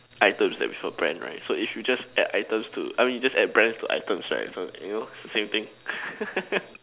items that without brand right so if you just add items to I mean you just add Brands to items right so you know it's the same thing